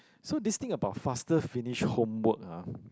so this thing about faster finish homework ah